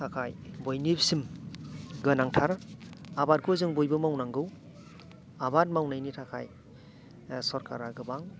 थाखाय बयनिसिम गोनांथार आबादखौ जों बयबो मावनांगौ आबाद मावनायनि थाखाय सरकारा गोबां